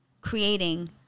creating